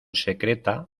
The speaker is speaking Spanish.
secreta